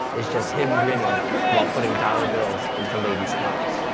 is just him grinning while putting dollar bills into ladies' thongs.